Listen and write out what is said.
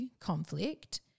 conflict –